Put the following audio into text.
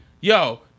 Yo